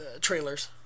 trailers